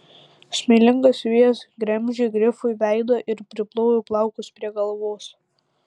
smėlingas vėjas gremžė grifui veidą ir priplojo plaukus prie galvos